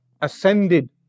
ascended